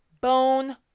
bone